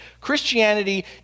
Christianity